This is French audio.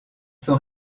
sont